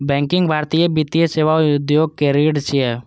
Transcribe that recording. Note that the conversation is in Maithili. बैंकिंग भारतीय वित्तीय सेवा उद्योग के रीढ़ छियै